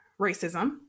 racism